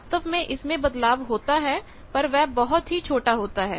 वास्तव में इसमें बदलाव होता है पर वह बहुत ही छोटा होता है